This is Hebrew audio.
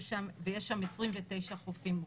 ויש שם 29 חופים מוכרזים.